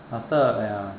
after ya